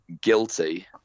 guilty